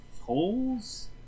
holes